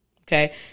Okay